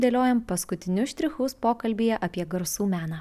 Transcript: dėliojam paskutinius štrichus pokalbyje apie garsų meną